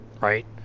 right